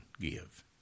give